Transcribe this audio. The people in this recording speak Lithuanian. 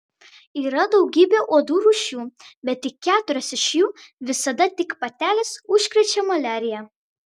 yra daugybė uodų rūšių bet tik keturios iš jų visada tik patelės užkrečia maliarija